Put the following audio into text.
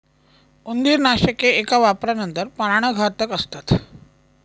उंदीरनाशके एका वापरानंतर प्राणघातक असतात